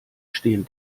stehen